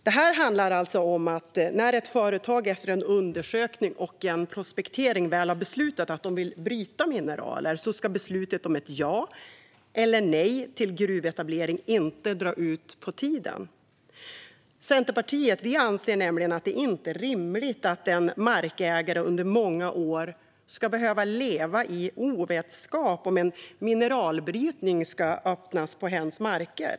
Det handlar alltså om att när ett företag efter en undersökning och en prospektering väl har beslutat att de vill bryta mineraler ska beslutet om ett ja eller ett nej till gruvetablering inte dra ut på tiden. Centerpartiet anser nämligen att det inte är rimligt att en markägare under många år ska behöva leva i ovetskap om en mineralbrytning ska öppna på hens marker.